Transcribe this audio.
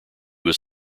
was